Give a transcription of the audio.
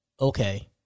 okay